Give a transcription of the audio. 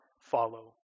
follow